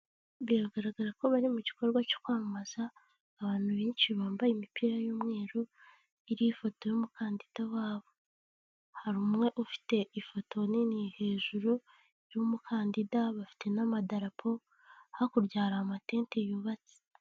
Biragaragara ko bari mu gikorwa cyo kwamamaza, abantu benshi bambaye imipira y'umweru iriho ifoto y'umukandida wabo, hari umwe ufite ifoto nini hejuru y'umukandida, bafite n'amadarapo, hakurya hari amatente yubatse.